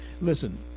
listen